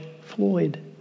Floyd